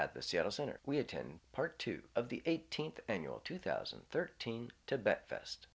at the seattle center we attend part two of the eighteenth annual two thousand and thirteen tibet fest